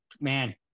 man